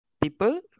people